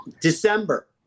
December